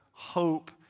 Hope